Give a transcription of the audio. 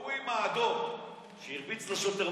ההוא עם האדום שהרביץ לשוטר,